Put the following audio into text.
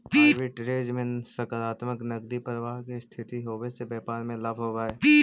arbitrage में सकारात्मक नकदी प्रवाह के स्थिति होवे से व्यापार में लाभ होवऽ हई